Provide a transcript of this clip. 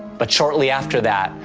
but shortly after that,